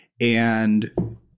and-